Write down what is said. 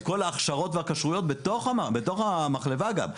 כל ההכשרות והכשרויות בתור המחלבה גם.